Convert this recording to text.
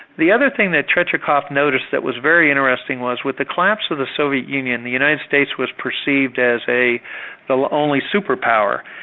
the other thing that tretyakov noticed that was very interesting was with the collapse of the soviet union, the united states was perceived as the like only superpower,